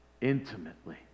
intimately